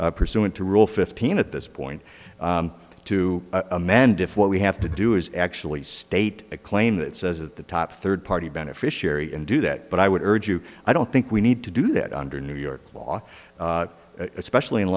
allowed pursuant to rule fifteen at this point to amend if what we have to do is actually state a claim that says that the top third party beneficiary and do that but i would urge you i don't think we need to do that under new york law especially in a